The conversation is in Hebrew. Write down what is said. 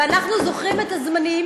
ואנחנו זוכרים את הזמנים